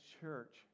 church